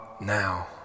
now